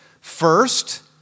First